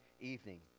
evening